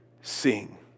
sing